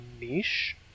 niche